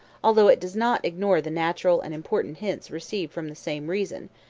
although it does not ignore the natural and important hints received from the same reason,